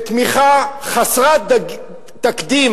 בתמיכה חסרת תקדים,